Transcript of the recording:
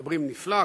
מדברים נפלא,